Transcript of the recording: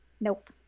Nope